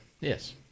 Yes